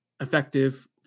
effective